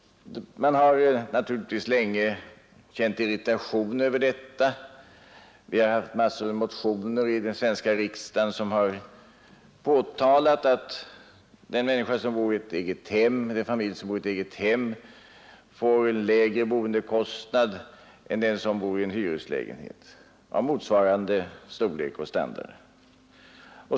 Man har naturligtvis känt irritation över detta. Det har väckts många motioner i den svenska riksdagen där det har påtalats att en person eller en familj som bor i ett eget hem får lägre boendekostnad än den som bor i en hyreslägenhet av motsvarande storlek och standard.